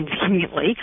conveniently